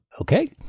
okay